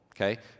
Okay